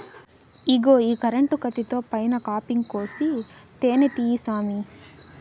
ఇగో ఈ కరెంటు కత్తితో పైన కాపింగ్ కోసి తేనే తీయి సామీ